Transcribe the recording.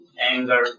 anger